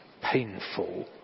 painful